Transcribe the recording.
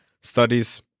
studies